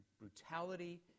brutality